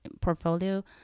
portfolio